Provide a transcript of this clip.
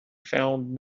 found